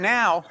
now